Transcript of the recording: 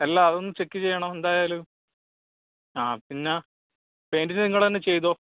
അല്ല അത് ഒന്ന് ചെക്ക് ചെയ്യണം എന്തായാലും ആ പിന്നെ പെയിൻറ്റിൻ്റെ നിങ്ങളു തന്നെ ചെയ്തോ